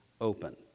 open